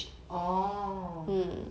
orh